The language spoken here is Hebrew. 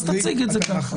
אז תציג את זה ככה.